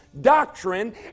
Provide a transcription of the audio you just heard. doctrine